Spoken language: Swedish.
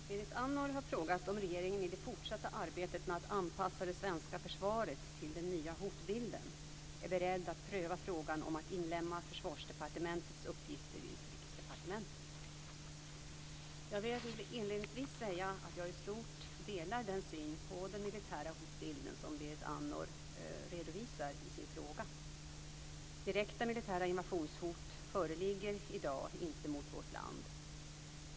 Fru talman! Berit Andnor har frågat om regeringen i det fortsatta arbetet med att anpassa det svenska försvaret till den nya hotbilden är beredd att pröva frågan om att inlemma Försvarsdepartementets uppgifter i Utrikesdepartementet. Jag vill inledningsvis säga att jag i stort delar den syn på den militära hotbilden som Berit Andnor redovisar i sin fråga. Direkta militära invasionshot föreligger i dag inte mot vårt land.